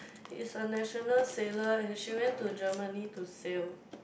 is a national seller and she went to Germany to sell